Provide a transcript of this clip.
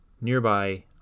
nearby